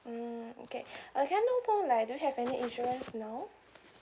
mm okay uh can I know like do you have any insurance now